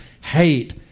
hate